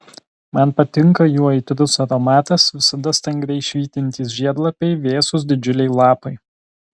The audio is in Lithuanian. man patinka jų aitrus aromatas visada stangriai švytintys žiedlapiai vėsūs didžiuliai lapai